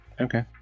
okay